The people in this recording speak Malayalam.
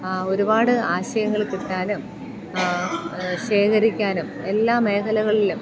ഒരുപാട് ആശയങ്ങൾ കിട്ടാനും ശേഖരിക്കാനും എല്ലാ മേഖലകളിലും